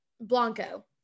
Blanco